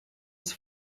was